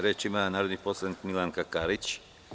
Reč ima narodna poslanica Milanka Karić.